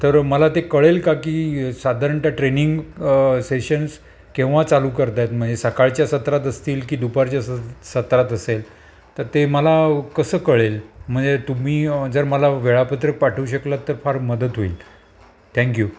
तर मला ते कळेल का की साधारणतः ट्रेनिंग सेशन्स केव्हा चालू करतायत म्हणजे सकाळच्या सत्रात असतील की दुपारच्या स सत्रात असेल तर ते मला कसं कळेल म्हणजे तुम्ही जर मला वेळापत्र पाठवू शकलात तर फार मदत होईल थँक्यू